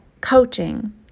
coaching